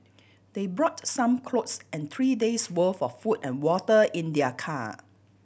they brought some clothes and three days' worth of food and water in their car